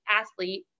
athlete